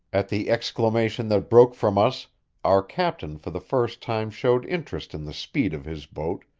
at the exclamation that broke from us our captain for the first time showed interest in the speed of his boat,